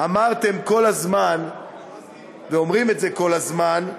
אמרתם כל הזמן ואומרים את זה כל הזמן,